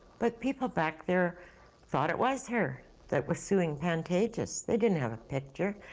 but people back there thought it was her that was suing pantages. they didn't have a picture,